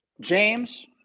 James